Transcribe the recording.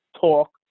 talk